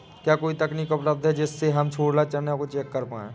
क्या कोई तकनीक उपलब्ध है जिससे हम छोला चना को चेक कर पाए?